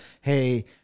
Hey